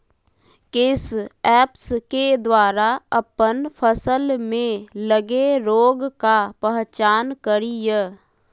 किस ऐप्स के द्वारा अप्पन फसल में लगे रोग का पहचान करिय?